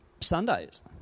Sundays